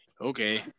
Okay